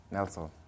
Nelson